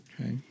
Okay